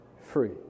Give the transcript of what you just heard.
free